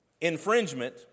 infringement